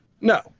No